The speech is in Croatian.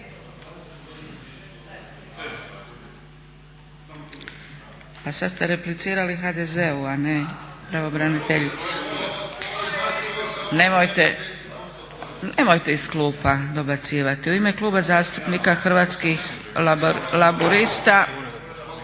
Pa sad ste replicirali HDZ-u, a ne pravobraniteljici. … /Buka u dvorani./… Nemojte iz klupa dobacivati. U ime Kluba zastupnika Hrvatskih laburista…